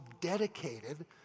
dedicated